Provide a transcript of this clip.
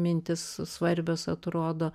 mintys svarbios atrodo